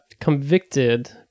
convicted